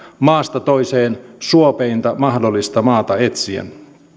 maasta toiseen suopeinta mahdollista maata etsien